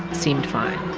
seemed fine.